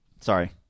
Sorry